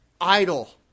idle